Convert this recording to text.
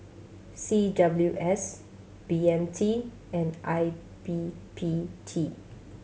C W S B M T and I B P T